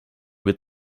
wird